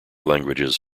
languages